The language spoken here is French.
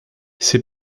ces